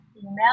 email